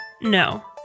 No